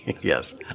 Yes